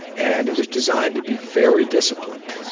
and it was designed to be very disciplined.